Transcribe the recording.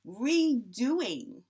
redoing